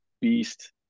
beast